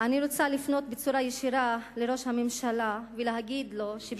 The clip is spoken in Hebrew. אני רוצה לפנות בצורה ישירה לראש הממשלה ולהגיד לו,